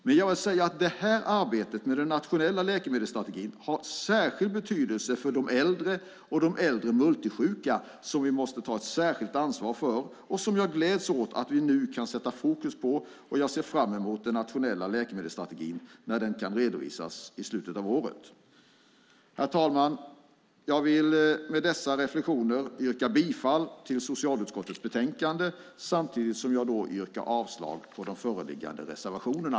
Men arbetet med den nationella läkemedelsstrategin har särskild betydelse för de äldre och de äldre multisjuka, som vi måste ta ett särskilt ansvar för. Jag gläds åt att vi nu kan sätta fokus på detta, och jag ser fram emot den nationella läkemedelsstrategin när den redovisas i slutet av året. Herr talman! Jag yrkar med dessa reflexioner bifall till socialutskottets förslag i betänkandet samtidigt som jag yrkar avslag på de föreliggande reservationerna.